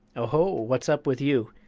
oho, what's up with you?